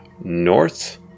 north